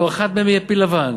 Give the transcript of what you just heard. הלוא אחד מהם יהיה פיל לבן.